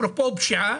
אפרופו פשיעה,